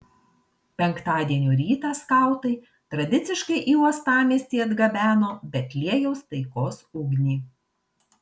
penktadienio rytą skautai tradiciškai į uostamiestį atgabeno betliejaus taikos ugnį